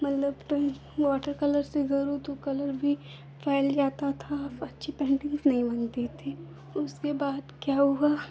मतलब pen water colour से बहुत कलर भी फैल जाता था अच्छी पेन्टिन्ग्स नहीं बनती थी उसके बाद क्या हुआ